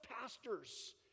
pastors